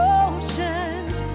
oceans